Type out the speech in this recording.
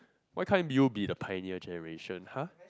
why can't you be the pioneer generation